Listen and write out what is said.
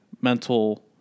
mental